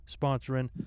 sponsoring